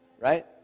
right